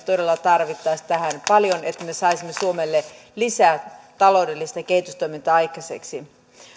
todella tarvitsisimme tähän paljon että me saisimme suomelle lisää taloudellista kehitystoimintaa aikaiseksi